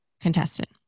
contestant